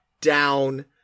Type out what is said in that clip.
down